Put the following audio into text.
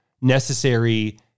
necessary